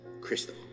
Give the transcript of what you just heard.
crystal